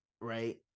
right